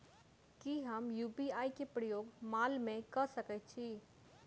की हम यु.पी.आई केँ प्रयोग माल मै कऽ सकैत छी?